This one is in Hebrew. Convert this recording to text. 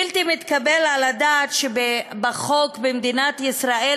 בלתי מתקבל על הדעת שבחוק במדינת ישראל